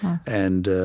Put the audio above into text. and